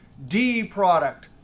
d product,